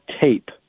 tape